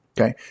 Okay